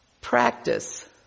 practice